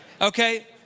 Okay